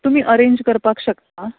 तुमी अरेंज करपाक शकता